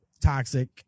Toxic